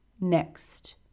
next